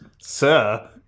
Sir